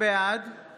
בעד